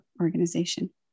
organization